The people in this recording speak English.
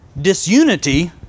disunity